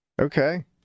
Okay